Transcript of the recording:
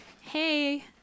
hey